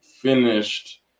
finished